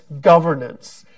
governance